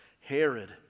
Herod